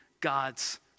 God's